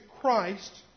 Christ